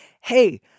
hey